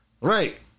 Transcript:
Right